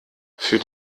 für